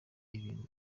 ibintu